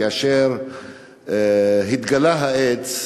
כאשר התגלה האיידס,